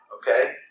Okay